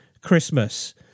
Christmas